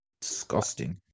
Disgusting